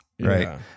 Right